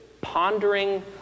pondering